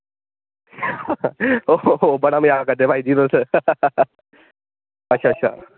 ओहो बड़ा मजाक करदे भाई जी तुस अच्छा अच्छा